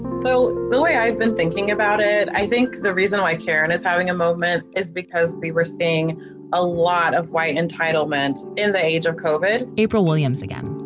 so really, i've been thinking about it. i think the reason why karen is having a moment is because we were seeing a lot of white entitlement and the aids are covered. april williams, again,